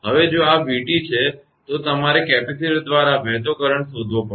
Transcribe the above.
હવે જો આ 𝑣𝑡 છે તો તમારે કેપેસિટર દ્વારા વહેતો કરંટ શોધવો પડશે